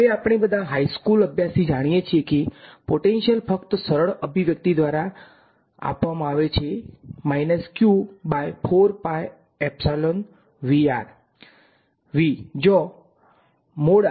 હવે આપણે બધા હાઇ સ્કૂલ અભ્યાસથી જાણીએ છીએ કે પોટેન્શીયલ ફક્ત સરળ અભિવ્યક્તિ દ્વારા આપવામાં આવે છે જ્યાં | r | નું વર્ગમૂળ છે